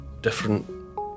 different